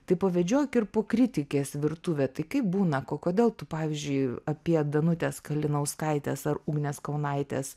tai pavedžiok ir po kritikės virtuvę tai kaip būna ko kodėl tu pavyzdžiui apie danutės kalinauskaitės ar ugnės kaunaitės